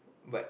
but